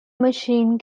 machine